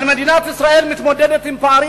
אבל מדינת ישראל מתמודדת עם פערים